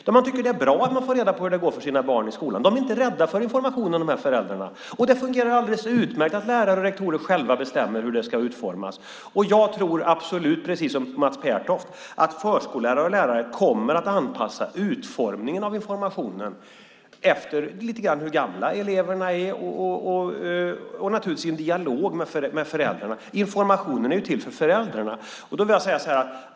Man tycker att det är bra att få reda på hur det går för barnen i skolan. Dessa föräldrar är inte rädda för information. Det fungerar alldeles utmärkt att lärare och rektorer själva bestämmer hur det ska utformas. Jag tror absolut, precis som Mats Pertoft, att förskollärare och lärare kommer att anpassa utformningen av informationen efter hur gamla eleverna är och naturligtvis i en dialog med föräldrarna. Informationen är ju till för föräldrarna.